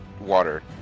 water